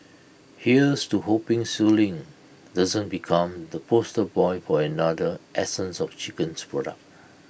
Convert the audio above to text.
here's to hoping schooling doesn't become the poster boy for another essence of chicken product